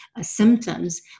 symptoms